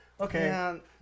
okay